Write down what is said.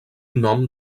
nom